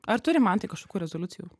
ar turi mantai kažkokių rezoliucijų